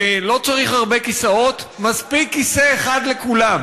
לא צריך הרבה כיסאות, מספיק כיסא אחד לכולם.